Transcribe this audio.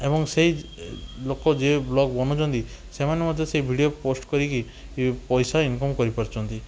ଏବଂ ସେହି ଲୋକ ଯିଏ ବ୍ଲଗ ବନଉଛନ୍ତି ସେମାନେ ମଧ୍ୟ ସେଇ ଭିଡ଼ିଓ ପୋଷ୍ଟ କରିକି ପଇସା ଇନକମ କରିପାରୁଛନ୍ତି